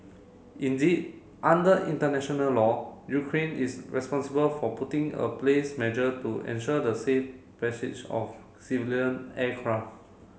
indeed under international law Ukraine is responsible for putting a place measure to ensure the safe passage of civilian aircraft